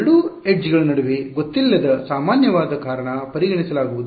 ಎರಡೂ ಎಡ್ಜ್ ಗಳ ನಡುವೆ ಅಜ್ಞಾತಗೊತ್ತಿಲ್ಲದ ಸಾಮಾನ್ಯವಾದ ಕಾರಣ ಪರಿಗಣಿಸಲಾಗುವುದು